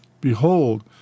Behold